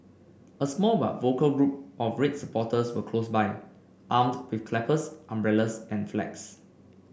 a small but vocal group of red supporters were close by armed with clappers umbrellas and flags